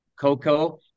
Coco